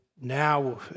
Now